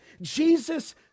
Jesus